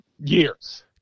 years